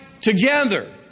together